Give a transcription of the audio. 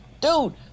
dude